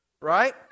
right